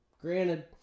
Granted